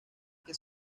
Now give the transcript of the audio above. que